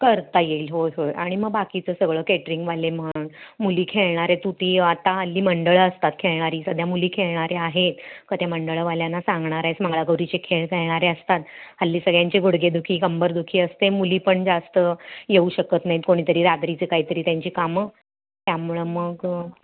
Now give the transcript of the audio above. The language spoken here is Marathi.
करता येईल होय होय आणि मग बाकीचं सगळं कॅटरिंगवाले म्हण मुली खेळणारे तू ती आता हल्ली मंडळं असतात खेळणारी सध्या मुली खेळणारे आहेत का त्या मंडळवाल्यांना सांगणार आहेस मंगळागौरीचे खेळ खेळणारे असतात हल्ली सगळ्यांचे गुडघेदुखी कंबरदुखी असते मुली पण जास्त येऊ शकत नाहीत कोणीतरी रात्रीचं काहीतरी त्यांची कामं त्यामुळं मग